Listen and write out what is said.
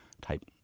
type